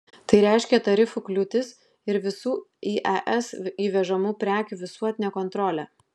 tai reiškia tarifų kliūtis ir visų į es įvežamų prekių visuotinę kontrolę